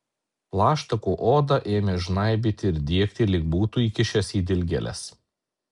plaštakų odą ėmė žnaibyti ir diegti lyg būtų įkišęs į dilgėles